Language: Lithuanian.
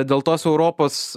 dėl tos europos